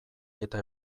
eta